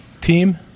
Team